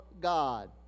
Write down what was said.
God